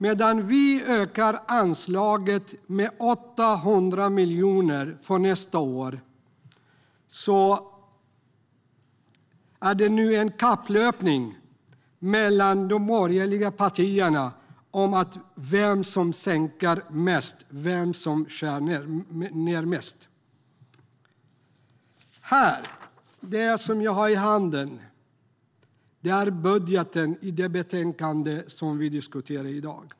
Medan vi ökar anslaget med 800 miljoner för nästa år är det nu en kapplöpning mellan de borgerliga partierna om vem som sänker mest och vem som skär ned mest. Det jag har i handen här är budgeten i det betänkande vi diskuterar i dag.